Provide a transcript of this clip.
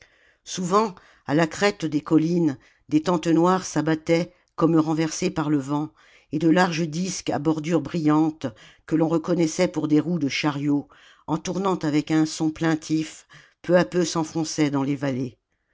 souvent à la crête des collines des tentes noires s'abattaient comme renversées par le vent et de larges disques à bordure brillante que l'on reconnaissait pour des roues de chariot en tournant avec un son plaintif peu à peu s'enfonçaient dans les vallées